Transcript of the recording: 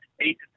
eight